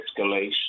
escalation